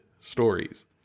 stories